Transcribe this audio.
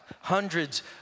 hundreds